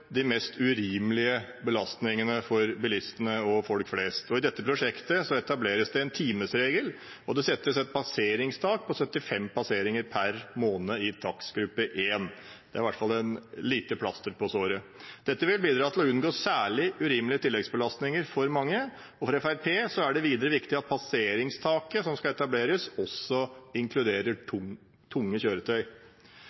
de mest urimelige belastningene for bilistene og folk flest. I dette prosjektet etableres det en timesregel, og det settes et passeringstak på 75 passeringer per måned i takstgruppe 1. Det er i hvert fall et lite plaster på såret. Dette vil bidra til å unngå særlig urimelige tilleggsbelastninger for mange. For Fremskrittspartiet er det videre viktig at passeringstaket som skal etableres, også inkluderer